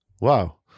Wow